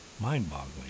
mind-boggling